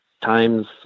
times